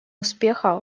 успеха